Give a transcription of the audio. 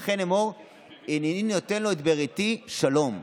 לכן אמר הנני נתן לו את בריתי שלום".